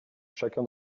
chacun